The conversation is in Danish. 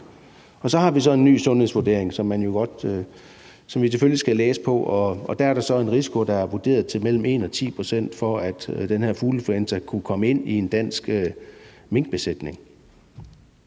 Og så har vi en ny sundhedsvurdering, som vi selvfølgelig skal læse på, og ifølge den er der en risiko, der er vurderet til mellem 1 pct. og 10 pct. for, at den her fugleinfluenza kunne komme ind i en dansk minkbesætning.